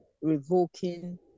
Revoking